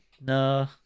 No